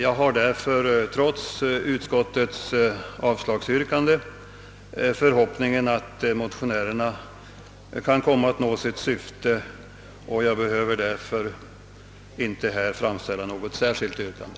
Jag har därför — trots ut skottets avslagsyrkande — förhoppningen att motionärerna kommer att nå sitt syfte, och jag behöver därför inte här framställa något särskilt yrkande.